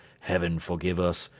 heaven forgive us,